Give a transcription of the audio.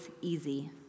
easy